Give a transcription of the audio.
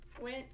went